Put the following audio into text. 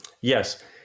Yes